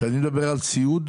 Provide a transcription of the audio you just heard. כשאני מדבר על ציוד,